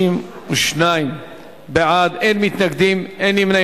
32 בעד, אין מתנגדים, אין נמנעים.